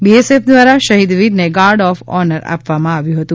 BSF દ્વારા શહીદ વીરને ગાર્ડ ઓફ ઓનર આપવામાં આવ્યું હતું